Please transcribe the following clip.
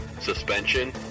suspension